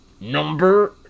Number